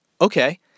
Okay